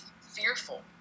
fearful